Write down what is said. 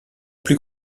plus